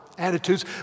attitudes